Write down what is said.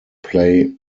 play